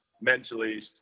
mentally